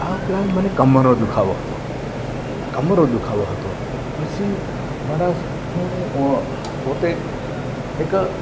આ ઉપરાંત મને કમરનો દુખાવો હતો કમરનો દુખાવો હતો પછી મારા હું પોતે એક